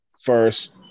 first